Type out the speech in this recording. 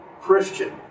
Christian